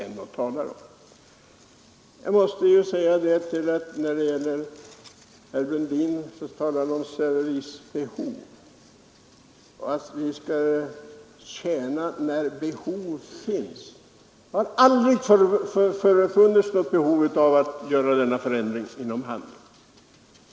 130 Herr Brundin talade om servicebehov och sade att vi skall tjäna när behov finns. Jag måste säga att det aldrig har förefunnits något behov av att vidta denna förändring inom handeln.